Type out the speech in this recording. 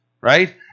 right